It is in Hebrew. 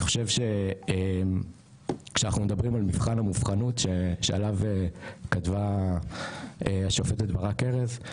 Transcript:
אני חושב כשאנחנו מדברים על מבחן המובחנות שעליו כתבה השופטת ברק ארז,